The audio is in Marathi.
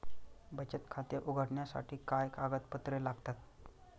बचत खाते उघडण्यासाठी काय कागदपत्रे लागतात?